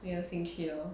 没有兴趣了